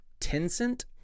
Tencent